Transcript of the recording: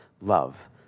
love